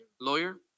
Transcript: lawyer